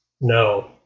No